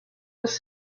was